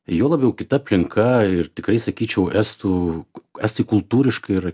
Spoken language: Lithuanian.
juo labiau kita aplinka ir tikrai sakyčiau estų estai kultūriškai yra